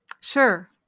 Sure